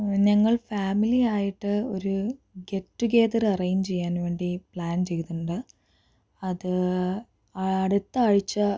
ഞങ്ങൾ ഫാമിലിയായിട്ട് ഒരു ഗെറ്റ് ടുഗെതർ അറേഞ്ച് ചെയ്യാൻ വേണ്ടി പ്ലാൻ ചെയ്തിട്ടുണ്ട് അത് അടുത്ത ആഴ്ച്ച